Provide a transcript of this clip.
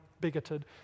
bigoted